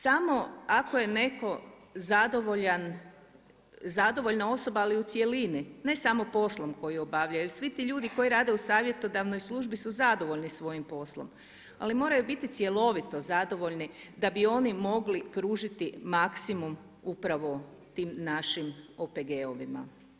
Samo ako je netko zadovoljna osoba ali cjelini, ne samo poslom koji obavljaju, jer svi ti ljudi koji rade u savjetodavnoj službi su zadovoljni svojim poslom, ali moraju biti cjelovito zadovoljni da bi oni mogli pružiti maksimum upravo tim našim OPG-ovima.